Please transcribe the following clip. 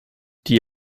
die